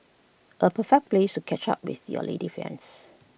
A perfect place to catch up with your lady friends